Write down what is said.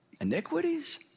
iniquities